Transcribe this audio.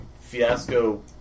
Fiasco